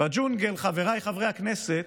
חבריי חברי הכנסת,